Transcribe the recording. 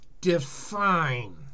define